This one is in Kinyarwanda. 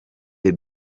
the